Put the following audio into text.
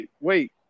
wait